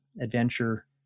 adventure